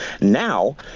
now